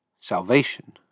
salvation